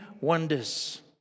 wonders